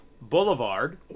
Boulevard